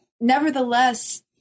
nevertheless